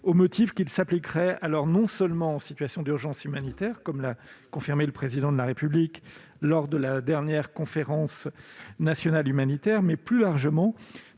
au motif qu'il s'appliquerait non seulement en situation d'urgence humanitaire, comme l'a confirmé le Président de la République lors de la dernière Conférence nationale humanitaire, mais aussi, plus largement,